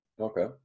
okay